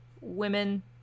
women